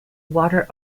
water